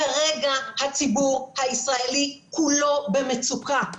כרגע הציבור הישראלי כולו במצוקה.